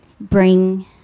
bring